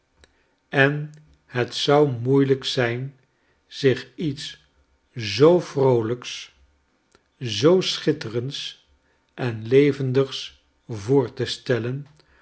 en het zou moeielijk zijn zich iets zoo vroolijks zoo schitterends en levendigs voor te stellen